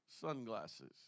sunglasses